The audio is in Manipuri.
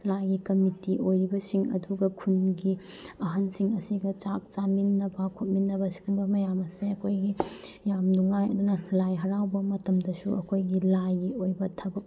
ꯂꯥꯏꯒꯤ ꯀꯃꯤꯇꯤ ꯑꯣꯏꯔꯤꯕꯁꯤꯡ ꯑꯗꯨꯒ ꯈꯨꯟꯒꯤ ꯑꯍꯜꯁꯤꯡ ꯑꯁꯤꯒ ꯆꯥꯛ ꯆꯥꯃꯤꯟꯅꯕ ꯈꯣꯠꯃꯤꯟꯅꯕ ꯁꯤꯒꯨꯝꯕ ꯃꯌꯥꯝ ꯑꯁꯦ ꯑꯩꯈꯣꯏꯒꯤ ꯌꯥꯝ ꯅꯨꯡꯉꯥꯏ ꯑꯗꯨꯅ ꯂꯥꯏ ꯍꯔꯥꯎꯕ ꯃꯇꯝꯗꯁꯨ ꯑꯩꯈꯣꯏꯒꯤ ꯂꯥꯏꯒꯤ ꯑꯣꯏꯕ ꯊꯕꯛ